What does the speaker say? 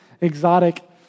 exotic